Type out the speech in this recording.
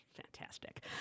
Fantastic